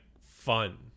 fun